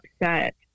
upset